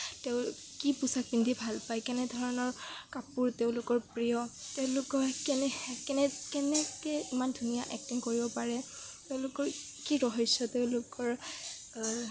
তেওঁ কি পোচাক পিন্ধি ভাল পায় কেনে ধৰণৰ কাপোৰ তেওঁলোকৰ প্ৰিয় তেওঁলোকৰ কেনে কেনে কেনেকে ইমান ধুনীয়া এক্টিং কৰিব পাৰে তেওঁলোকৰ কি ৰহস্য তেওঁলোকৰ